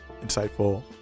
insightful